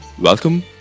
Welcome